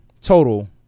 total